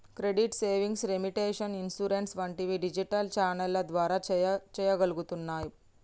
credit, savings, remittance, insurance వంటివి digital ఛానెల్ల ద్వారా చెయ్యగలుగుతున్నాం